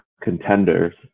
contenders